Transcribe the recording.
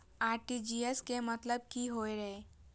RTGS के मतलब की होय ये?